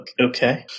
Okay